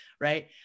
Right